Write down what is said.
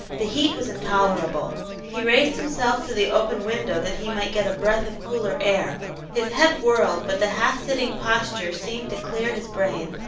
the heat was intolerable he raised himself to the open window that he might get a breath of cooler air his head whirled, but the half-sitting posture seemed to clear his brain,